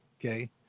Okay